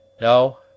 No